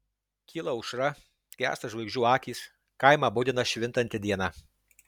kyla aušra gęsta žvaigždžių akys kaimą budina švintanti diena